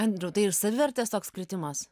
andriau tai ir savivertės toks kritimas